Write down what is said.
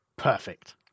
Perfect